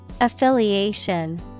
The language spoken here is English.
Affiliation